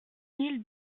mille